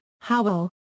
Howell